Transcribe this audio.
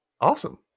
Awesome